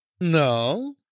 No